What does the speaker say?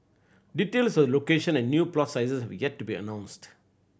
details of location and new plot sizes have yet to be announced